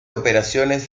operaciones